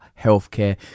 healthcare